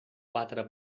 quatre